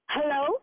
Hello